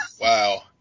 wow